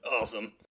Awesome